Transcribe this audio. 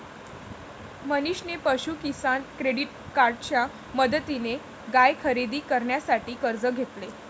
मनीषने पशु किसान क्रेडिट कार्डच्या मदतीने गाय खरेदी करण्यासाठी कर्ज घेतले